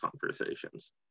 conversations